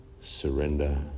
Surrender